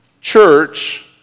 church